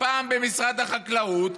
פעם במשרד החקלאות,